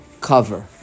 cover